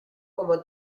como